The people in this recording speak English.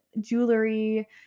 jewelry